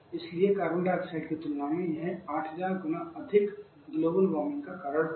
इसलिए carbon dioxide की तुलना में यह 8000 गुना अधिक ग्लोबल वार्मिंग का कारण होगी